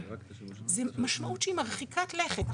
זו משמעות שהיא מרחיקת לכת.